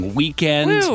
weekend